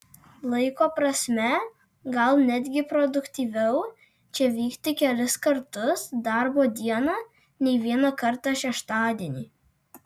laiko prasme gal netgi produktyviau čia vykti kelis kartus darbo dieną nei vieną kartą šeštadienį